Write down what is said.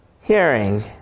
hearing